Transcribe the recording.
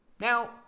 Now